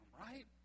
right